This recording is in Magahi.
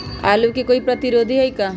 आलू के कोई प्रतिरोधी है का?